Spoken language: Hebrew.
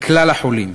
לכלל החולים.